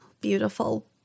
Beautiful